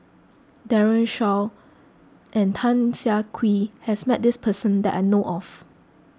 Daren Shiau and Tan Siah Kwee has met this person that I know of